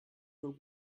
nur